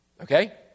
Okay